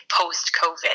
post-COVID